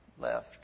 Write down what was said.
left